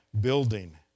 building